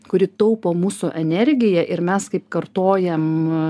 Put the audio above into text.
kuri taupo mūsų energiją ir mes kaip kartojam